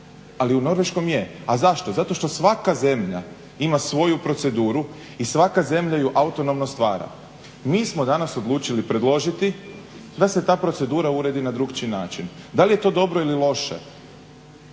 Ali u norveškom je. Zašto? Zato što svaka zemlja ima svoju proceduru i svaka zemlja ju autonomno stvara. Mi smo danas odlučili predložiti da se ta procedura uredi na drukčiji način. Da li je to dobro ili loše?